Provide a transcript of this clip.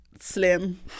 slim